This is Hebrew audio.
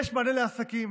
יש מענה לעסקים,